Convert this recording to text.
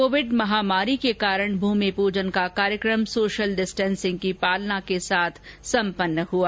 Covid महामारी के कारण भूमि पूजन का कार्यक्रम सोशल डिस्टेंसिंग की पालना के साथ सम्पन्न हुआ